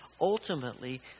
ultimately